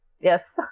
Yes